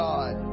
God